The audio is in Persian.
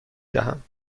دهم